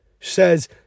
Says